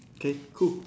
okay cool